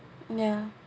ya